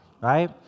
right